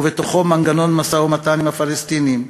ובתוכו מנגנון משא-ומתן עם הפלסטינים.